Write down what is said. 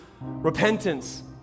repentance